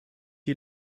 die